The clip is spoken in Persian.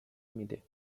میده